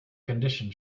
condition